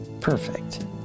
perfect